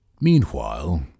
Meanwhile